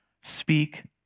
speak